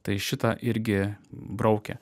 tai šitą irgi braukia